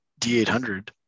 D800